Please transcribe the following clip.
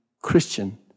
Christian